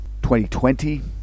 2020